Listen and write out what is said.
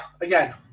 again